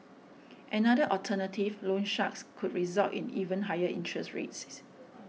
another alternative loan sharks could result in even higher interest rates